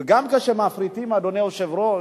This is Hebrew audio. גם כאשר מפריטים, אדוני היושב-ראש,